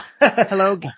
Hello